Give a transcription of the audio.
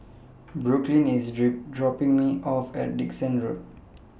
Brooklynn IS dropping Me off At Dickson Road